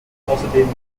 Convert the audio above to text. außerdem